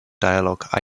dialogue